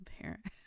parent